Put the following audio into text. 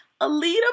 Alita